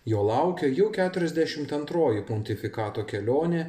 jo laukia jau keturiasdešimt antroji pontifikato kelionė